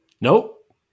Nope